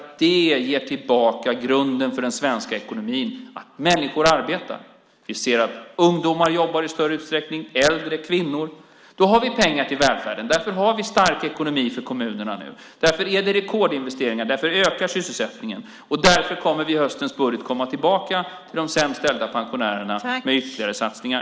Det ger tillbaka grunden för den svenska ekonomin att människor arbetar. Vi ser att ungdomar jobbar i större utsträckning, äldre och kvinnor. Då har vi pengar till välfärden. Därför har vi nu stark ekonomi för kommunerna. Därför är det rekordinvesteringar, och därför ökar sysselsättningen. Därför kommer vi i höstens budget att komma tillbaka till de sämst ställda pensionärerna med ytterligare satsningar.